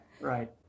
right